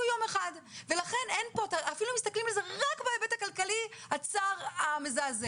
אפילו אם מסתכלים על זה רק בהיבט הכלכלי הצר והמזעזע,